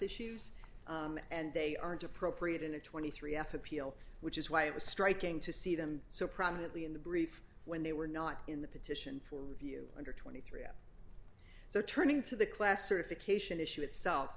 issues and they aren't appropriate in a twenty three f appeal which is why it was striking to see them so prominently in the brief when they were not in the petition for review under twenty three so turning to the classification issue itself